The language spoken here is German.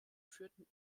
führten